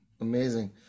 Amazing